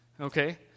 okay